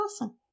awesome